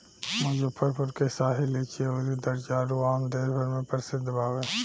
मुजफ्फरपुर के शाही लीची अउरी जर्दालू आम देस भर में प्रसिद्ध बावे